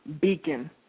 Beacon